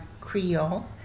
Creole